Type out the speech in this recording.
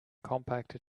compacted